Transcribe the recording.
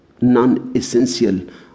non-essential